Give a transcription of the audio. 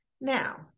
Now